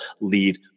lead